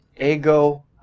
Ego